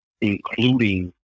including